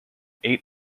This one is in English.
eight